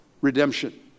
redemption